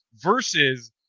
versus –